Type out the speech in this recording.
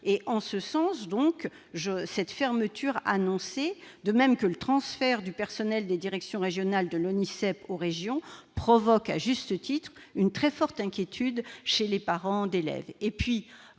En ce sens, cette fermeture annoncée, de même que le transfert du personnel des directions régionales de l'ONISEP aux régions, provoque à juste titre une très forte inquiétude chez les parents d'élèves.